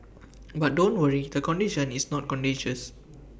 but don't worry the condition is not contagious